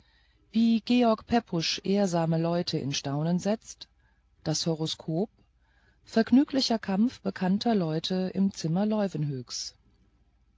wie george pepusch ehrsame leute in staunen setzt das horoskop vergnüglicher kampf bekannter leute im zimmer